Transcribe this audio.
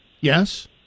Yes